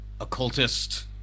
occultist